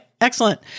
Excellent